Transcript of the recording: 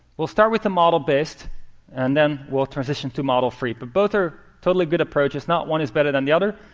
we'll start with the model-based, and then we'll transition to model-free. but both are totally good approaches. not one is better than the other.